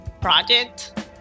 project